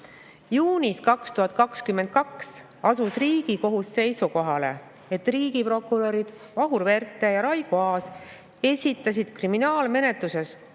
Juunis 2022 asus Riigikohus seisukohale, et riigiprokurörid Vahur Verte ja Raigo Aas esitasid kriminaalmenetluses